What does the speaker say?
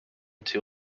two